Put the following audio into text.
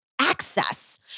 access